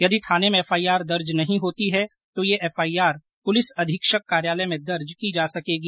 यदि थाने में एफआईआर दर्ज नहीं होती है तो ये एफआईआर पुलिस अधीक्षक कार्यालय में दर्ज की जा सकेगी